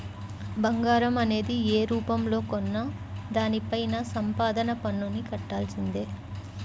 బంగారం అనేది యే రూపంలో కొన్నా దానిపైన సంపద పన్నుని కట్టాల్సిందే